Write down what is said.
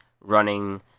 running